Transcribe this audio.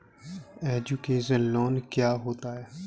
Education loan क्या होता है?